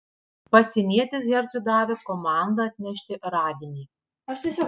pasienietis hercui davė komandą atnešti radinį